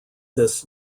this